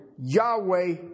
Yahweh